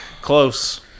Close